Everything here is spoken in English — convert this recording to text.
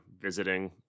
visiting